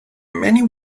many